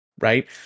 right